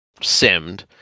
simmed